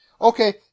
Okay